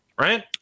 right